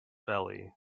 belly